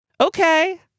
Okay